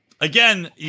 Again